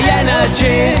energy